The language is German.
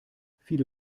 viele